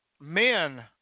men